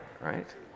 right